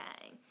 okay